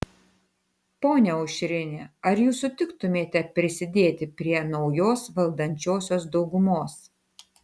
ponia aušrine ar jūs sutiktumėte prisidėti prie naujos valdančiosios daugumos